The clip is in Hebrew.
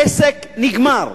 העסק נגמר.